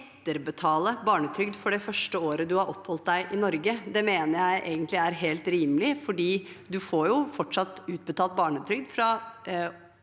etterbetale barnetrygd for det første året man har oppholdt seg i Norge. Det mener jeg egentlig er helt rimelig, for man får jo fortsatt utbetalt barnetrygd fra